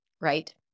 right